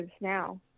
now